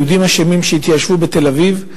היהודים אשמים שהתיישבו בתל-אביב.